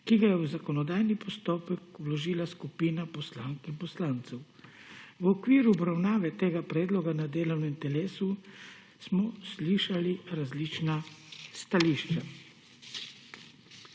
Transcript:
ki ga je v zakonodajni postopek vložila skupina poslank in poslancev. V okviru obravnave tega predloga na delovnem telesu smo slišali različna stališča.